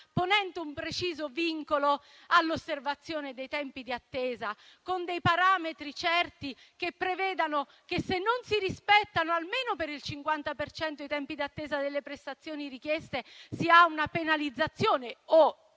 ponendo un preciso vincolo all'osservazione dei tempi di attesa con dei parametri certi che prevedano che, se non si rispettano, almeno per il 50 per cento i tempi di attesa delle prestazioni richieste, si ha una penalizzazione?